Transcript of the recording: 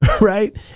Right